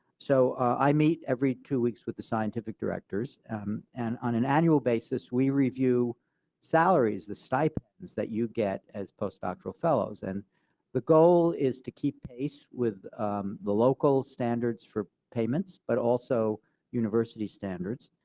so i meet every two weeks with the scientific directors and on an annual basis, we review salaries, the stipends you get as post-doctoral fellows. and the goal is to keep pace with the local standards for payments but also university standards.